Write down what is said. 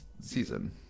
season